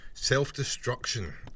Self-destruction